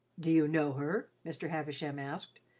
do you know her? mr. havisham asked,